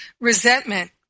resentment